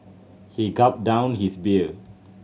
he gulped down his beer